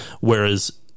Whereas